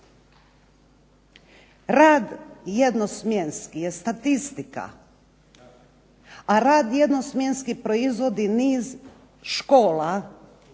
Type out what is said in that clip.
Rad jednosmjenski je statistika, a rad jednosmjenski proizvodi niz škola,